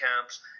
camps